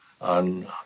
on